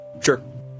Sure